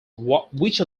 which